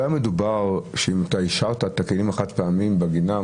היה מדובר שאם השארת את הכלים החד-פעמיים בגינה,